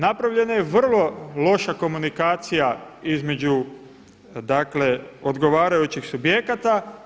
Napravljena je vrlo loša komunikacija između dakle odgovarajućih subjekata.